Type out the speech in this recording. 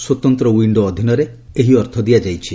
ସ୍ୱତନ୍ତ୍ର ୱିଶ୍ଡୋ ଅଧୀନରେ ଏହି ଅର୍ଥ ଦିଆଯାଇଛି